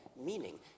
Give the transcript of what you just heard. meaning